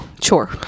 Sure